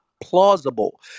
plausible